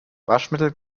waschmittel